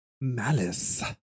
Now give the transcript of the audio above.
malice